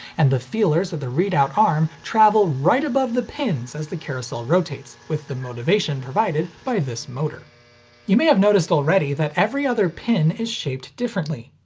and the feelers of the readout arm travel right above the pins as the carousel rotates with the motivation provided by this motor you may have noticed already that every other pin is shaped differently.